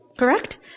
Correct